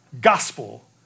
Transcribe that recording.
gospel